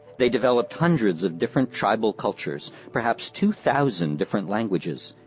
they developed hundreds of different tribal cultures, perhaps two thousand different languages.